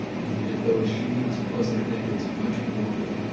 you get those sheets, plus i think it's much more,